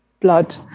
blood